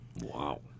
Wow